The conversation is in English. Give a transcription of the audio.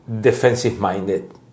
defensive-minded